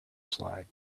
slide